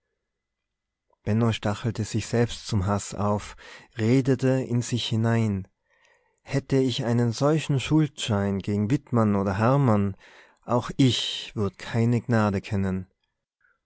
stachelte sich selbst zum haß auf redete in sich hinein hätte ich einen solchen schuldschein gegen wittmann oder hermann auch ich würd keine gnade kennen